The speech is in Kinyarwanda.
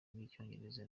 rw’icyongereza